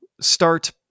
start